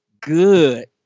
good